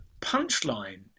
punchline